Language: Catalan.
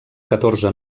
catorze